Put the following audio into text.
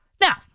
Now